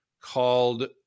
called